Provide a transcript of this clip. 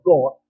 God